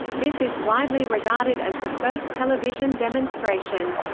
this is widely regarded as the first television demonstration.